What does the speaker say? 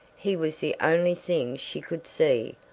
he was the only thing she could see,